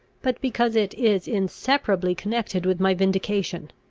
but because it is inseparably connected with my vindication.